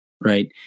right